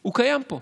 הוא קיים פה.